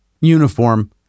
uniform